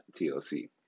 TLC